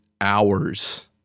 hours